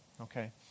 Okay